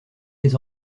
les